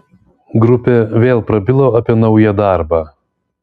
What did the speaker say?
grupė vėl prabilo apie naują darbą